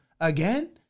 again